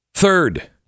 Third